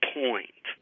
point